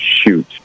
shoot